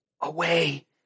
Away